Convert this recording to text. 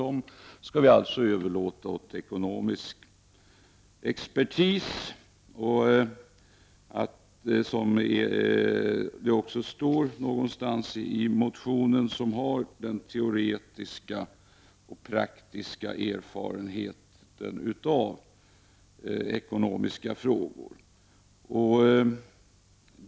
Dem skall vi överlåta på ekonomisk expertis som, vilket står någonstans i motionen, har den teoretiska och praktiska erfarenheten av ekonomiska frågor.